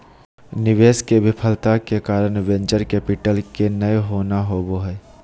निवेश मे विफलता के कारण वेंचर कैपिटल के नय होना होबा हय